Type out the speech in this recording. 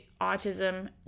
autism